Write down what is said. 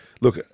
look